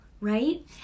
right